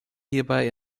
hierbei